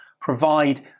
provide